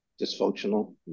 dysfunctional